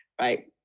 right